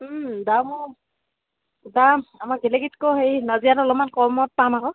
দামো দাম আমাৰ গেলেকীতকৈ সেই নাজিৰাত অলপমান কমত পাম আকৌ